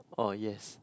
uh yes